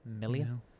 million